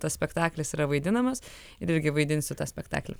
tas spektaklis yra vaidinamas ir irgi vaidinsiu tą spektaklį